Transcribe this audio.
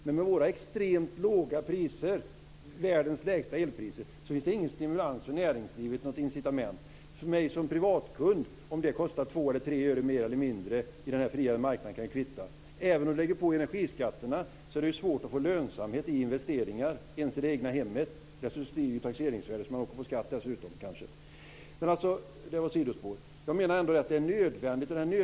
Men med våra extremt låga priser - världens lägsta elpriser - finns det ingen stimulans, inget incitament för näringslivet. För mig som privatkund kan det kvitta om det kostar 2 eller 3 öre mer eller mindre på den fria marknaden. Även om man lägger på energiskatterna är det svårt att få lönsamhet i investeringar ens i det egna hemmet. Dessutom stiger ju taxeringsvärdet, så man åker kanske också på skatt. Men det var ett sidospår. Jag menar ändå att det är nödvändigt.